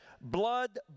blood